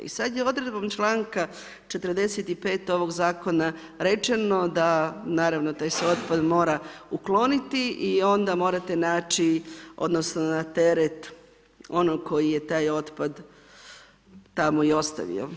I sada je odredbom članka 45. ovog zakona rečeno da, naravno taj se otpad mora ukloniti i onda morate naći, odnosno na teret onog koji je taj otpad tamo i ostavio.